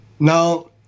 Now